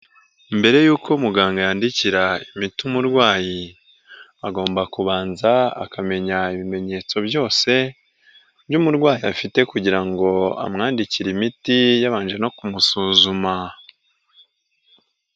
Mbere y'uko muganga yandikira imiti umurwayi agomba kubanza akamenya ibimenyetso byose by'umurwayi afite kugira ngo amwandikire imiti yabanje no kumusuzuma.